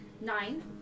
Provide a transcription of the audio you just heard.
Nine